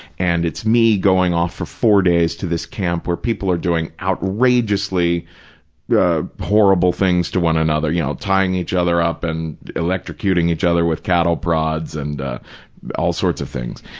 and it's me going off for four days to this camp where people are doing outrageously horrible things to one another, you know, tying each other up and electrocuting each other with cattle prods and all sorts of things.